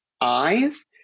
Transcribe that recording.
eyes